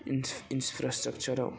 इफ्रास्ट्राकसाराव